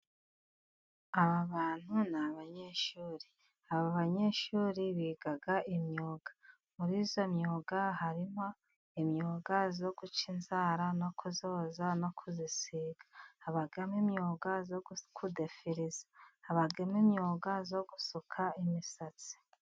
Aba bantu ni abanyeshuri. Aba banyeshuri biga imyuga, muriyo myuga harimo imyuga yo guca inzara no kuzoza no kuzisiga. Habamo imyuga yo gusuka imisatsi.